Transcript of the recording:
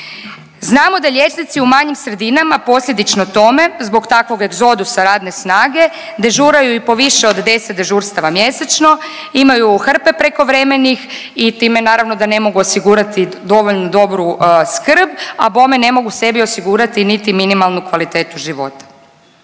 Znamo da liječnici u manjim sredinama posljedično tome zbog takvog egzodusa radne snage dežuraju i po više od 10 dežurstava mjesečno, imaju hrpe prekovremenih i time naravno da ne mogu osigurati dovoljno dobru skrb, a bome ne mogu sebi osigurati niti minimalnu kvalitetu života.